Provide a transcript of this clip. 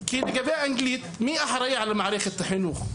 כי לגבי האנגלית, מי אחראי על מערכת החינוך?